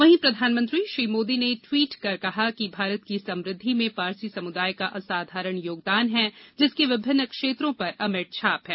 वहीं प्रधानमंत्री श्री मोदी ने ट्वीट कर कहा कि भारत की समृद्धि में पारसी समुदाय का असाधारण योगदान है जिसकी विभिन्न क्षेत्रों पर अमिट छाप है